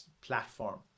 platform